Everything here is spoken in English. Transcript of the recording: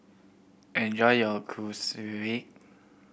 enjoy your